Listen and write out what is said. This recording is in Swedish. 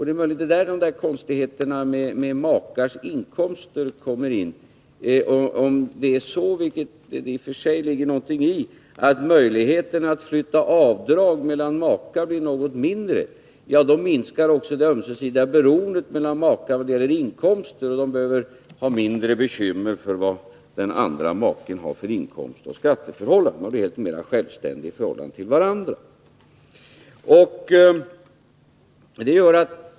Det är möjligt att det är där konstigheterna med makars inkomster kommer in. Om det är så, vilket det i och för sig ligger något i, att möjligheterna att flytta avdrag mellan makar blir något mindre, minskar också det ömsesidiga beroendet mellan makar och deras inkomster. De behöver då inte ha så stora bekymmer för vad den andra maken har för inkomstoch skatteförhållanden och blir därmed mera självständiga i förhållande till varandra.